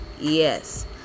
Yes